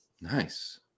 Nice